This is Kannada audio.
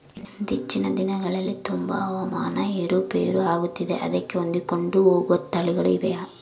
ಇತ್ತೇಚಿನ ದಿನಗಳಲ್ಲಿ ತುಂಬಾ ಹವಾಮಾನ ಏರು ಪೇರು ಆಗುತ್ತಿದೆ ಅದಕ್ಕೆ ಹೊಂದಿಕೊಂಡು ಹೋಗುವ ತಳಿಗಳು ಇವೆಯಾ?